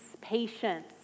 patience